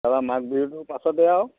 তাৰপা মাঘ বিহুটো পাছতে আৰু